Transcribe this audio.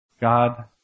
God